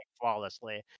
flawlessly